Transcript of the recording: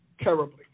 terribly